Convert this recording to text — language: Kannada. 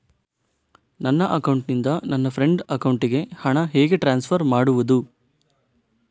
ನನ್ನ ಅಕೌಂಟಿನಿಂದ ನನ್ನ ಫ್ರೆಂಡ್ ಅಕೌಂಟಿಗೆ ಹಣ ಹೇಗೆ ಟ್ರಾನ್ಸ್ಫರ್ ಮಾಡುವುದು?